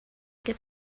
get